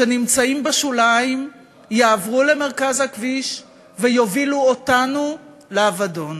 שנמצאים בשוליים יעברו למרכז הכביש ויובילו אותנו לאבדון.